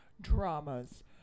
dramas